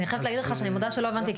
אני חייבת להגיד לך שאני מודה שלא הבנתי,